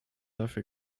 dafür